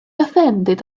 offended